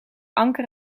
anker